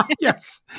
Yes